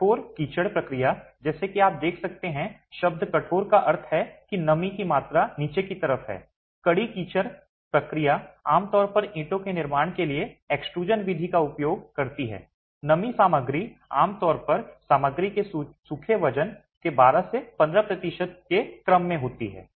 कठोर कीचड़ प्रक्रिया जैसा कि आप देख सकते हैं शब्द कठोर का अर्थ है कि नमी की मात्रा नीचे की तरफ है कड़ी कीचड़ प्रक्रिया आमतौर पर ईंटों के निर्माण के लिए एक्सट्रूज़न विधि का उपयोग करती है नमी सामग्री आमतौर पर सामग्री के सूखे वजन के 12 से 15 प्रतिशत के क्रम में होती है